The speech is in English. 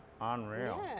Unreal